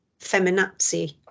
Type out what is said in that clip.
feminazi